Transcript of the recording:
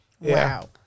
Wow